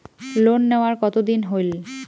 Loan নেওয়ার কতদিন হইল?